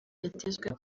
yatezwe